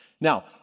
Now